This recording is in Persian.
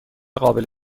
قابل